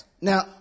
Now